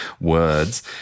words